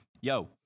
yo